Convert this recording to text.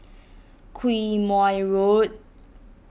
Quemoy Road